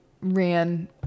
ran